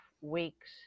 weeks